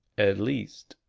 at least,